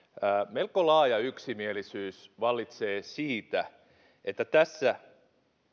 melko laaja yksimielisyys vallitsee siitä että tässä